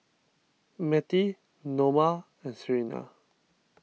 Mettie Noma and Serina